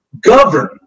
govern